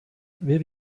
wir